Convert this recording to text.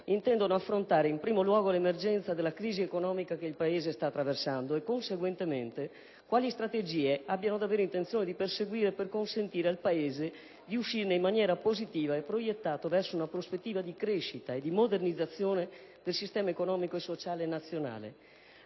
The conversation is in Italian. intendano affrontare in primo luogo l'emergenza della crisi economica che il Paese sta attraversando e, conseguentemente, quali strategie abbiano davvero intenzione di perseguire per consentire al Paese di uscirne in maniera positiva e proiettato verso una prospettiva di crescita e modernizzazione del sistema economico e sociale nazionale.